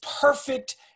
perfect